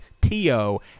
T-O